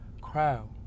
crowd